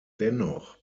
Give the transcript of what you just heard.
dennoch